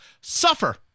suffer